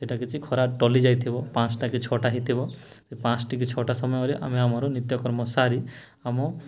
ସେଟା କିଛି ଖରା ଟଳି ଯାଇଥିବ ପାଞ୍ଚଟା କି ଛଟା ହୋଇଥିବ ସେ ପାଞ୍ଚଟା କି ଛଅଟା ସମୟରେ ଆମେ ଆମର ନିତ୍ୟକର୍ମ ସାରି ଆମ